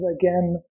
again